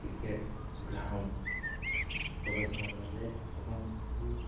cricket ground ପ୍ରଦର୍ଶନ କରାଯାଏ ଏବଂ ସେହି